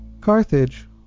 Carthage